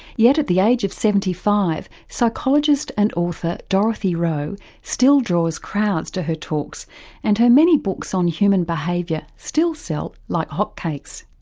yet at the age of seventy five psychologist and author dorothy rowe still draws crowds to her talks and her many books on human behaviour still sell like hot cakes.